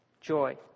joy